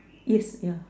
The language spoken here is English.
east yeah